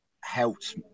helped